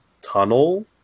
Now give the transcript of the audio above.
tunnel